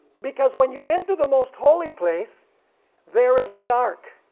because when you enter the most holy place there is the ark,